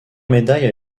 médailles